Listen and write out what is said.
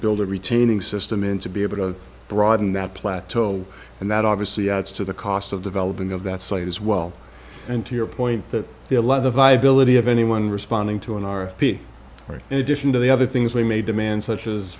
build a retaining system and to be able to broaden that plateau and that obviously adds to the cost of developing of that site as well and to your point that the a lot of the viability of anyone responding to an r f p are in addition to the other things we may demand such as